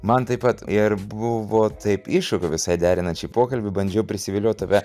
man taip pat ir buvo taip iššūkiu visai derinant šį pokalbį bandžiau prisiviliot tave